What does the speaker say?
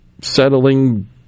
settling